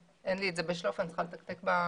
אין לי את זה בשלוף, אני יכולה לבדוק במחשבון.